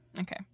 Okay